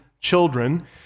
children